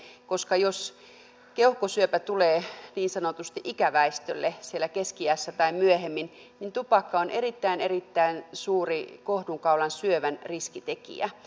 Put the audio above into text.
koska vaikka keuhkosyöpä tulee niin sanotusti ikäväestölle siellä keski iässä tai myöhemmin niin tupakka on erittäin erittäin suuri kohdunkaulan syövän riskitekijä